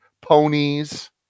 ponies